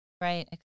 Right